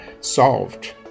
solved